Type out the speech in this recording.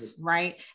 Right